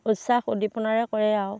উৎসাহ উদ্দীপনাৰে কৰে আৰু